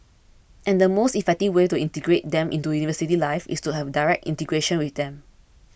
and the most effective way to integrate them into university life is to have direct integration with them